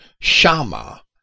Shama